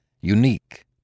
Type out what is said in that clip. Unique